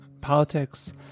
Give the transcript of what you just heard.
politics